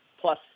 Plus